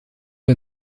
the